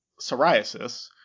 psoriasis –